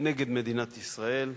נגד מדינת ישראל,